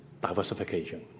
diversification